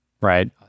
right